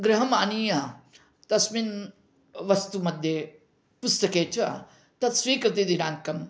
गृहम् आनीय तस्मिन् वस्तु मध्ये पुस्तके च तत् स्वीकृत दिनाङ्कम्